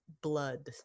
blood